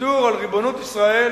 ויתור על ריבונות ישראל